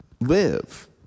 live